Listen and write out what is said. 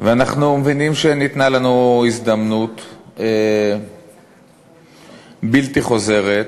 ואנחנו מבינים שניתנה לנו הזדמנות בלתי חוזרת,